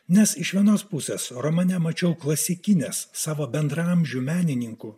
nes iš vienos pusės romane mačiau klasikinės savo bendraamžių menininkų